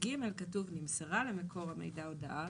שבסעיף (ג) כתוב "נמסרה למקור המידע הודעה".